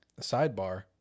sidebar